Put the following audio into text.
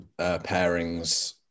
pairings